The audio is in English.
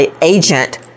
agent